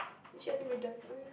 actually I think we're done oh ya